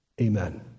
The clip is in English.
Amen